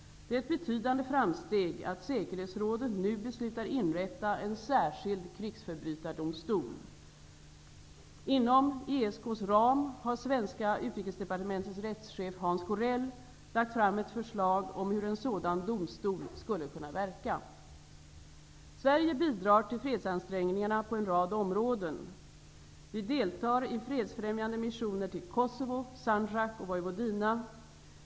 Det är ett betydande framsteg att Säkerhetsrådet nu beslutar inrätta en särskild krigsförbrytardomstol. Inom ESK:s ram har svenska Utrikesdepartementets rättschef Hans Corell lagt fram ett förslag om hur en sådan domstol skulle kunna verka. Sverige bidrar till fredsansträngningarna på en rad områden. Vi deltar i fredsfrämjande missioner till Kosovo, Sandjak och Vojvodina.